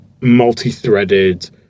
multi-threaded